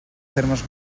termes